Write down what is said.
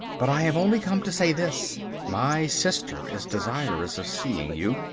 but i have only come to say this my sister is desirous of seeing you.